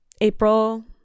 April